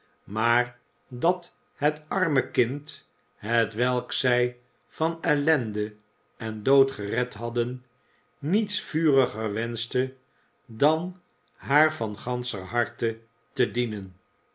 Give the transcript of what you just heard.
maar dat het arme kind hetwelk zij van ellende en dood gered hadden niets vuriger wenschte dan haar van ganscher harte te dienen